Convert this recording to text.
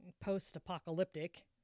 post-apocalyptic